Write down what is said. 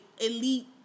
elite